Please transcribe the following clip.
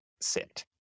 sit